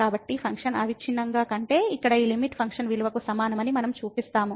కాబట్టి ఫంక్షన్ అవిచ్ఛిన్నంగా కంటే ఇక్కడ ఈ లిమిట్ ఫంక్షన్ విలువకు సమానమని మనం చూపిస్తాము